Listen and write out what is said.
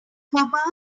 cobalt